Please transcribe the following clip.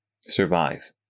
survive